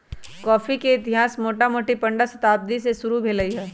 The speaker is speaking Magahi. कॉफी के इतिहास मोटामोटी पंडह शताब्दी से शुरू भेल हइ